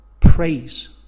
praise